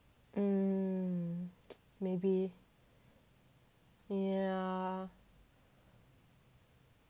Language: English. mm maybe yeah